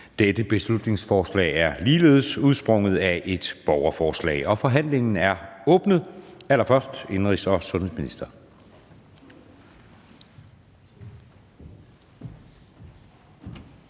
Dette beslutningsforslag er udsprunget af et borgerforslag. Forhandlingen er åbnet. Indenrigs- og sundhedsministeren.